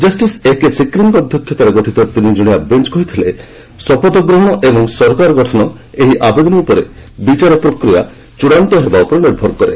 justice A ସିକ୍ରିଙ୍କ ଅଧ୍ୟକ୍ଷତାରେ ଗଠିତ ତିନିଟ୍ଗଣିଆ ବେଞ୍ କହିଥିଲେ ଶପଥଗ୍ରହଣ ଏବଂ ସରକାର ଗଠନ ଏହି ଆବେଦନ ଉପରେ ବିଚାର ପ୍ରକ୍ରିୟା ଚୂଡ଼ାନ୍ତ ହେବା ଉପରେ ନିର୍ଭର କରେ